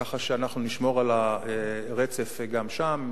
ככה שאנחנו נשמור על הרצף גם שם.